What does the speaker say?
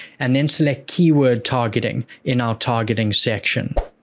and then select keyword targeting in our targeting section.